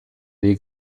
dei